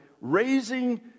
raising